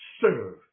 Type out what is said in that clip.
serve